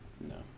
No